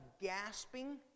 gasping